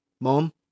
Mom